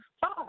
five